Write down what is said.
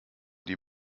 die